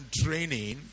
training